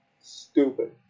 Stupid